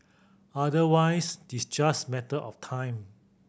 otherwise it's just matter of time